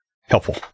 helpful